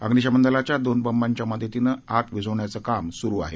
अग्निशमन दलाच्या दोन बंबाच्या मदतीनं आग विझवण्याचं काम सुरु आहे